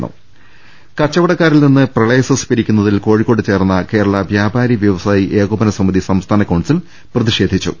രുട്ട്ട്ട്ട്ട്ട്ട്ട കച്ചവടക്കാരിൽ നിന്ന് പ്രളയസെസ് പിരിക്കുന്നതിൽ കോഴിക്കോട്ട് ചേർന്ന കേരള വ്യാപാരി വ്യവസായി ഏകോപന സമിതി സംസ്ഥാന കൌൺസിൽ പ്രതിഷേധിച്ചു